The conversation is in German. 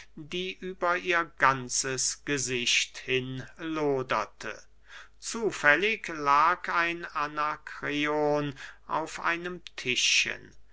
die über ihr ganzes gesicht hin loderte zufällig lag ein anakreon auf einem tischchen